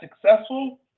successful